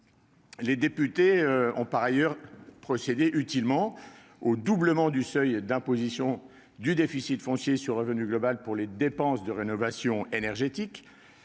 Les députés ont par ailleurs procédé utilement au doublement du seuil d'imputation du déficit foncier sur le revenu global pour les dépenses de rénovation énergétique,